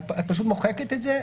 את פשוט מוחקת את זה?